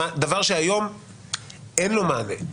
דבר שהיום אין לו מענה.